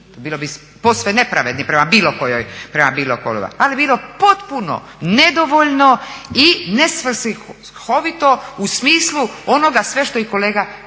bili bi posve nepravedni prema bilo kojoj vladi, ali bilo je potpuno nedovoljno i nesvrsishodno u smislu onoga sve što i kolega